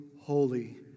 holy